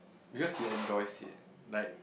because he enjoys it like